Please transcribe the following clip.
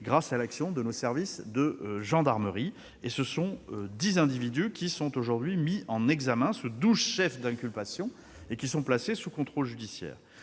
grâce à l'action de nos services de gendarmerie : dix individus sont aujourd'hui mis en examen sous douze chefs d'inculpation et sont placés sous contrôle judiciaire.